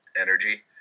energy